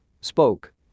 spoke